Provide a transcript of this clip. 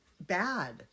bad